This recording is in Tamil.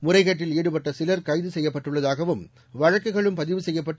முறைகேட்டில் ஈடுபட்ட சிலர் கைது செய்யப்பட்டுள்ளதாகவும் வழக்குகளும் பதிவு செய்யப்பட்டு